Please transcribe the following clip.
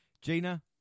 Gina